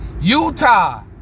Utah